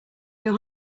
your